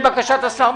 השר.